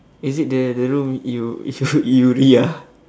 is it the the room you you ah